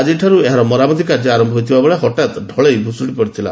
ଆଜିଠାରୁ ଏହାର ମରାମତି ଆର ହୋଇଥିବା ବେଳେ ହଠାତ୍ ଢଳେଇ ଭୁଶୁଡ଼ି ପଡ଼ିଥିଲା